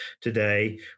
today